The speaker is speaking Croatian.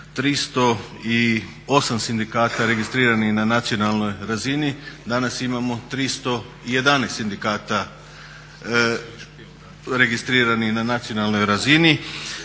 308 sindikata registriranih na nacionalnoj razini, danas imamo 311 sindikata registriranih na nacionalnoj razini.